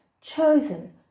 chosen